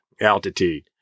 altitude